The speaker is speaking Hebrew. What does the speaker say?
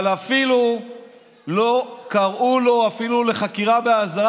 אבל לא קראו לו אפילו לחקירה באזהרה,